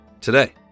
today